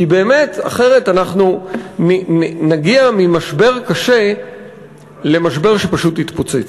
כי באמת אחרת אנחנו נגיע ממשבר קשה למשבר שפשוט יתפוצץ.